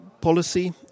policy